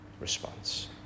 response